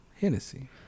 hennessy